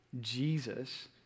Jesus